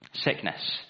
sickness